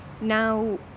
now